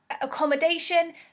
accommodation